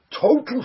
total